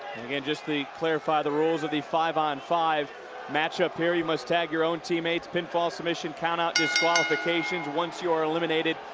and again, just to clarify the rules of the five-on-five matchup here. you must tag your own teammates, pinfall, submission, count out, disqualifications. once you're eliminated,